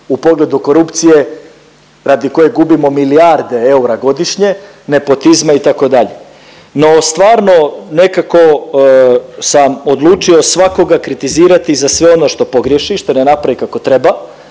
u pogledu korupcije radi koje gubimo milijarde eura godišnje, nepotizma itd. No stvarno nekako sam odlučio svakoga kritizirati za sve ono što pogriješi, što ne napravi kako treba.